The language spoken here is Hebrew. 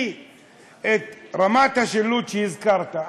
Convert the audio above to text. את רמת השילוט שהזכרת,